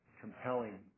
compelling